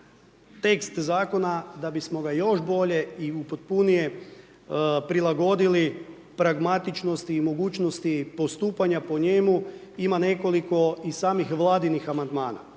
tekst zakona, da bismo ga još bolje i upotpunije prilagodili pragmatičnosti i mogućnosti postupanja po njemu, ima nekoliko i samih Vladinih amandmana,